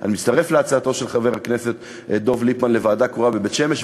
אני מצטרף להצעתו של חבר הכנסת דב ליפמן בדבר ועדה קרואה בבית-שמש,